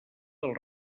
del